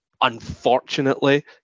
unfortunately